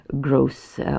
growth